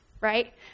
right